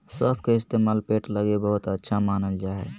सौंफ के इस्तेमाल पेट लगी बहुते अच्छा मानल जा हय